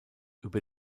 über